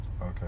okay